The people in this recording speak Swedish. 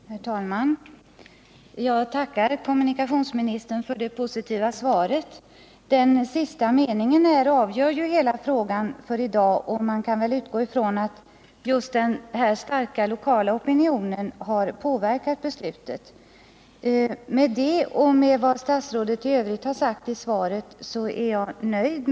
Herr talman! Jag tackar kommunikationsministern för det positiva svaret. Den sista meningen avgör ju hela frågan för i dag. Man kan väl utgå ifrån att just den starka lokala opinionen har påverkat beslutet. Med det och med vad statsrådet i övrigt har sagt i svaret är jag nöjd.